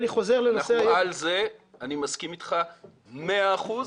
אני מסכים אתך ב-100 אחוזים.